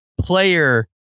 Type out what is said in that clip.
player